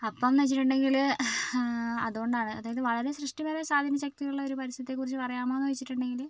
അപ്പോന്നു വെച്ചിട്ടുണ്ടെങ്കിൽ അതുകൊണ്ടാണ് അതായത് വളരെ സൃഷ്ടിപരമായ സ്വാധീനശക്തികളുടെ ഒരു പരസ്യത്തെക്കുറിച്ച് പറയാമോന്നു വെച്ചിട്ടുണ്ടെങ്കിൽ